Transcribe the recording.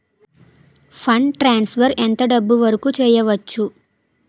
Fund transfer ఎంత డబ్బు వరుకు చేయవచ్చు?